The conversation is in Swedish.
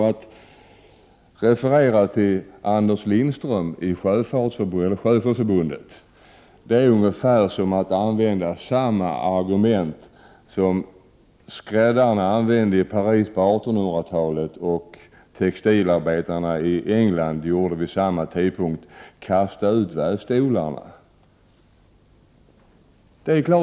Att referera till Anders Lindström i Sjöfolksförbundet är ungefär som att använda samma argument som skräddarna gjorde i Paris på 1800-talet och textilarbetarna i England vid samma tidpunkt: Kasta ut vävstolarna!